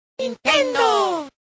¡Nintendo